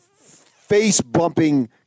face-bumping